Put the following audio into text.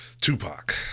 Tupac